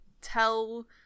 tell